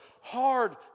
hard